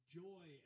joy